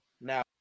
now